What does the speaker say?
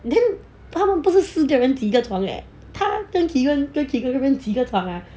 then 他们不是四个人挤一个床 eh 他跟 keegan 跟 keegan 几个人挤一个床 ah